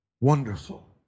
Wonderful